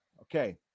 Okay